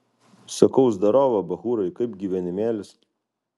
sakau zdarova bachūrai kaip gyvenimėlis